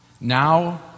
now